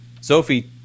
Sophie